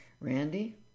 randy